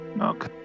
Okay